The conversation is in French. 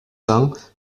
cents